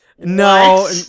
No